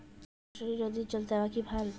ফসলে নদীর জল দেওয়া কি ভাল?